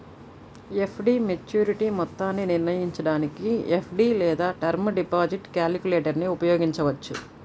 FD maturity మొత్తాన్ని నిర్ణయించడానికి FD లేదా టర్మ్ డిపాజిట్ క్యాలిక్యులేటర్ను ఉపయోగించవచ్చు